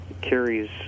carries